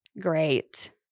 great